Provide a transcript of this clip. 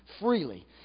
freely